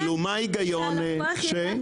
מה ההיגיון בזה?